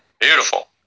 Beautiful